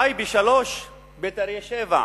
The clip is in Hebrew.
טייבה, 3, בית-אריה, 7,